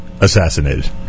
assassinated